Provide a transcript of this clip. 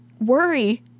worry